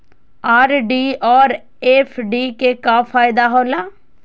RD और FD के का फायदा हौला?